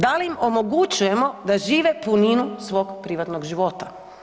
Da li im omogućujemo da žive puninu svog privatnog života?